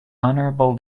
honorable